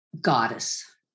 Goddess